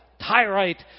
Tyrite